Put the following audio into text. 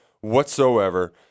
whatsoever